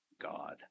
God